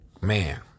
Man